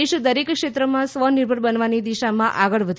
દેશ દરેક ક્ષેત્રમાં સ્વનિર્ભર બનવાની દિશામાં આગળ વધી રહ્યો છે